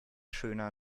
schöner